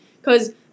because-